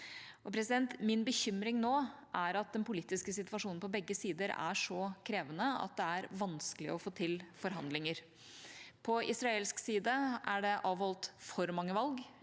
nødvendige. Min bekymring nå er at den politiske situasjonen på begge sider er så krevende at det er vanskelig å få til forhandlinger. På israelsk side er det avholdt for mange valg,